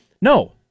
No